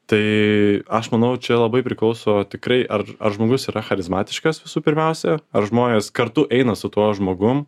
tai aš manau čia labai priklauso tikrai ar ar žmogus yra charizmatiškas visų pirmiausia ar žmonės kartu eina su tuo žmogum